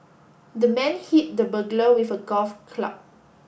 the man hit the burglar with a golf club